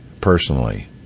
personally